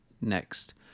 Next